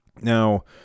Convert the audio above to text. now